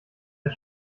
des